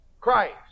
Christ